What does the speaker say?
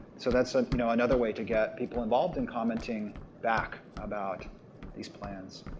so that's so you know another way to get people involved in commenting back about these plans.